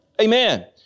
Amen